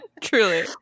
Truly